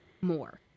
more